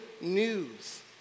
news